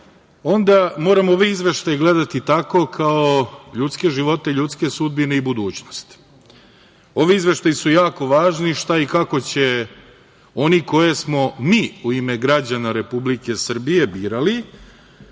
onda moramo ovaj Izveštaj gledati tako kao ljudske živote i ljudske sudbine i budućnost. Ovi izveštaji su jako važni, šta i kako će oni koje smo mi, u ime građana Republike Srbije birali,